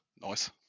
Nice